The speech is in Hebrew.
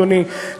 אדוני,